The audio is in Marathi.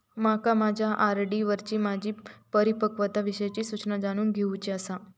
माका माझ्या आर.डी वरची माझी परिपक्वता विषयची सूचना जाणून घेवुची आसा